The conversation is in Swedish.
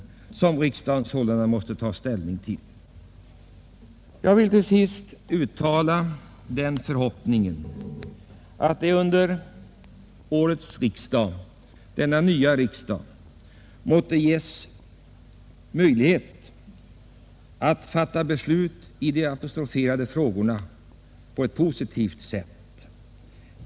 Riksdagen måste alltså ta ställning till dessa frågor. Jag vill till sist uttala den förhoppningen att det under årets riksdag måtte ges möjlighet att fatta positiva beslut i de apostroferade frågorna.